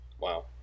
Wow